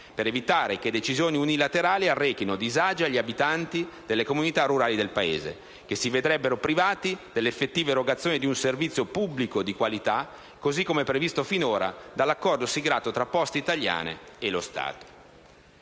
per evitare che decisioni unilaterali arrechino disagi agli abitanti delle comunità rurali del Paese, che si vedrebbero privati dell'effettiva erogazione di un servizio pubblico di qualità, così come previsto finora dall'accordo siglato tra Poste italiane e lo Stato.